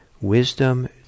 wisdom